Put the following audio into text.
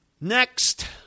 Next